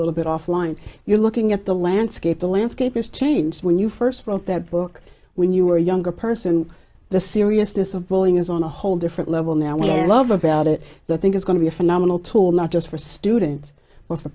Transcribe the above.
little bit offline you're looking at the landscape the landscape has changed when you first wrote that book when you were a younger person and the seriousness of bowling is on a whole different level now we love about it so i think it's going to be a phenomenal tool not just for students or for